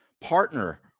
partner